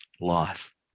life